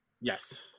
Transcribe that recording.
yes